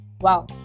wow